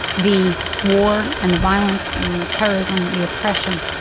the war and the violence and the terrorism, the oppression,